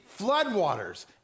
floodwaters